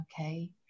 Okay